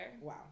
wow